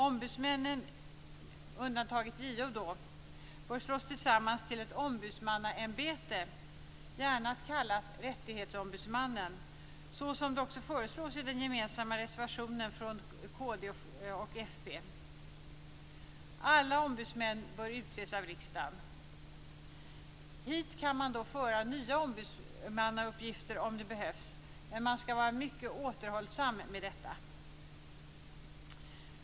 Ombudsmännen, med undantag av JO, bör slås samman till ett ombudsmannaämbete, gärna kallat Rättighetsombudsmannen, såsom föreslås i den gemensamma reservationen från Kristdemokraterna och Folkpartiet. Alla ombudsmän bör utses av riksdagen. Hit kan man föra nya ombudsmannauppgifter om det behövs men man ska vara mycket återhållsam med detta.